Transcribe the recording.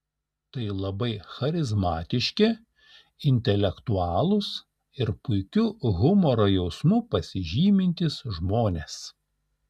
tai labai charizmatiški intelektualūs ir puikiu humoro jausmu pasižymintys žmonės